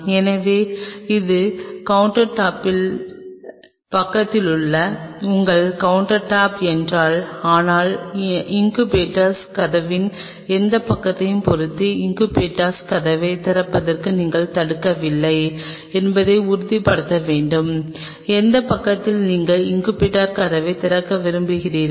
எனவே இது கவுண்டர்டாப்பின் பக்கத்திலுள்ள உங்கள் கவுண்டர்டாப் என்றால் ஆனால் இன்குபேட்டர் கதவின் எந்தப் பக்கத்தைப் பொறுத்து இன்குபேட்டர் கதவைத் திறப்பதை நீங்கள் தடுக்கவில்லை என்பதை உறுதிப்படுத்த வேண்டும் எந்த பக்கத்தில் நீங்கள் இன்குபேட்டர் கதவைத் திறக்க விரும்புகிறீர்கள்